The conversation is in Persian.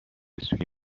سوی